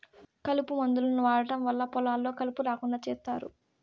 కలుపు మందులను వాడటం వల్ల పొలాల్లో కలుపు రాకుండా చేత్తారు